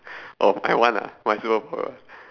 oh my one ah my superpower